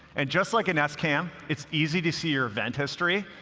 and just like a nest cam, it's easy to see your event history,